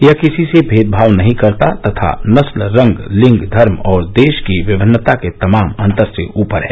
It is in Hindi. यह किसी से भेदभाव नहीं करता तथा नस्ल रंग लिंग धर्म और देश की विभिन्नता के तमाम अंतर से ऊपर है